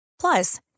Plus